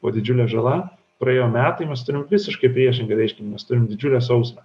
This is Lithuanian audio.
buvo didžiulė žala praėjo metai mes turim visiškai priešingą reiškinį mes turim didžiulę sausrą